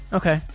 okay